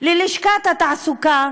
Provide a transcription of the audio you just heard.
ללשכת התעסוקה